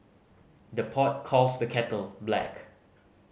the pot calls the kettle black